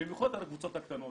במיוחד על הקבוצות הקטנות.